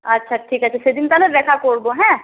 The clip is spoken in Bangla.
আচ্ছা ঠিক আছে সেদিন তাহলে দেখা করবো হ্যাঁ